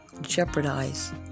jeopardize